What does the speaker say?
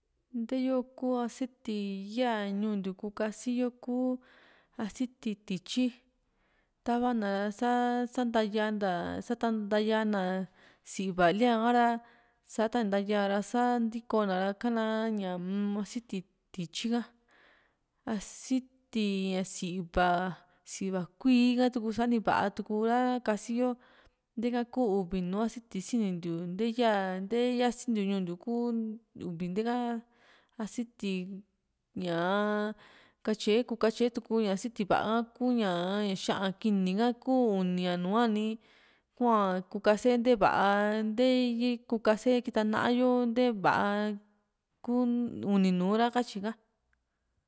ntee yo kuu asiti ya ñuu ntiu kuu kasiyo kuu asiti tityi tava na ra sa santayanta tatanyanta siva lia ra sa ta ntaya ña ra sa ntikona ña ra ka´na m siti tityi ka aasiti sii´va si´va kuíí ha tuku ku sani va´a tuku ra kasi yo nteeka kuu uvi nùù asiti sinintiu nteya ntee yasintiu ñuu ntiu kuu uvi nte´ka asiti ñaa katye ku katye ku ña asiti va´a kuña xa´an kini ka kuu uni a nùù´a ni kua kuu kase nte va´a nte nte kuu kase kita na´a yo ntee va´a uni nùù ra katyika